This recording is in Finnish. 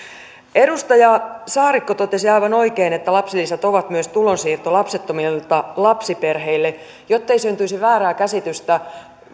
edustaja saarikko totesi aivan oikein että lapsilisät ovat myös tulonsiirto lapsettomilta lapsiperheille jottei syntyisi väärää käsitystä